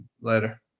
later